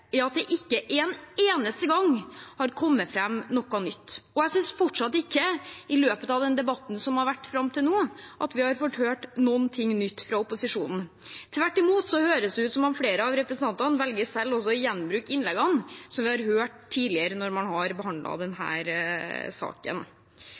at det ikke en eneste gang har kommet fram noe nytt. Jeg synes fortsatt ikke at vi i løpet av den debatten som har vært fram til nå, har fått høre noe nytt fra opposisjonen. Tvert imot høres det ut som om flere av representantene velger å gjenbruke innleggene som vi har hørt tidligere når man har